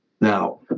now